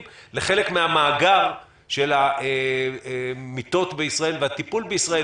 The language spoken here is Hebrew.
לחלק מהמאגר של המיטות בישראל והטיפול בישראל,